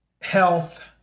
Health